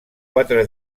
quatre